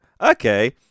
okay